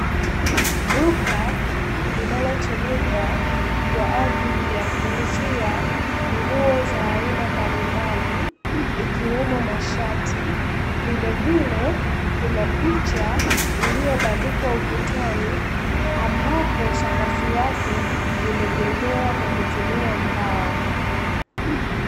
Duka linalotumika kwa ajili ya kuuzia nguo za aina mbalimbali, ikiwemo mashati vile vile kuna picha iliyobandikwa ukutani ambapo sakafu yake imejengewa kwa kutumia mbao.